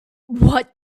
what